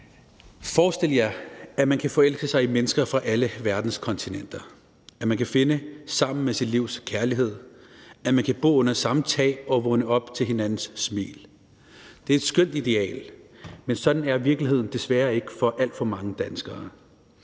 Forestil jer, at man kan forelske sig i mennesker fra alle verdens kontinenter, at man kan finde sammen med sit livs kærlighed, at man kan bo under samme tag og vågne op til hinandens smil. Det er et skønt ideal, men sådan er virkeligheden desværre ikke for alt for mange danskere,